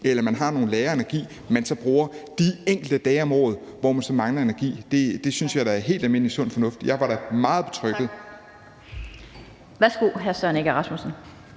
eller at vi har nogle lagre med energi, man så bruger de enkelte dage om året, hvor man mangler energi. Det synes jeg da er helt almindelig sund fornuft, og jeg blev da meget betrygget